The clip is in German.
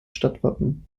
stadtwappen